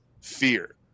fear